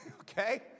Okay